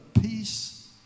peace